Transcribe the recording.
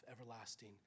everlasting